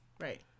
right